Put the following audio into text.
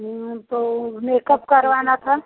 हाँ तो मेकअप करवाना था